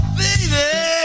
baby